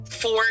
four